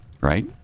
right